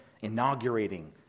inaugurating